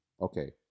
Okay